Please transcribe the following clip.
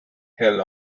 hill